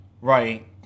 Right